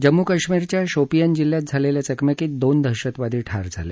जम्मू कश्मीरच्या शोपियन जिल्ह्यात झालेल्या चकमकीत दोन दहशतवादी ठार झाले